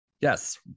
Yes